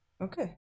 Okay